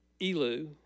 Elu